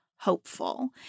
hopeful